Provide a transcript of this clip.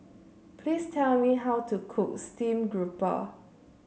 please tell me how to cook stream grouper